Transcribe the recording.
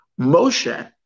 Moshe